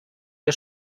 der